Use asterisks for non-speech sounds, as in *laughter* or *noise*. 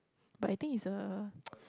but I think it's a *noise*